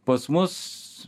pas mus